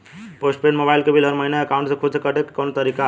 Post paid mobile क bill हर महिना एकाउंट से खुद से कटे क कौनो तरीका ह का?